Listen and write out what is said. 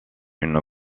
une